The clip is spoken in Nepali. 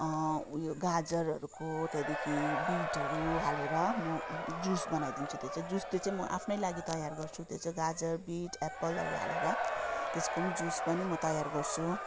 उयो गाजरहरूको त्यहाँदेखि बिटहरू हालेर म जुस बनाइदिन्छु त्यो चाहिँ जुस त्यो चाहिँ म आफ्नै लागि तयार गर्छु त्यो चाहिँ गाजर बिट एप्पलहरू हालेर त्यसको पनि जुस पनि म तयार गर्छु